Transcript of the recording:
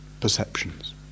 Perceptions